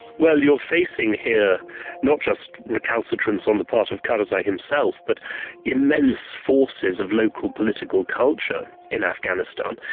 well, you're facing here not just recalcitrance on the part of karzai himself but immense forces of local political culture in afghanistan,